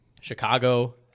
chicago